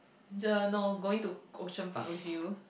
uh no going to Ocean-Park with you